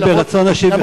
אני ברצון אשיב לך.